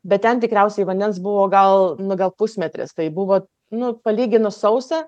bet ten tikriausiai vandens buvo gal nu gal pusmetris tai buvo nu palyginus sausa